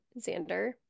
Xander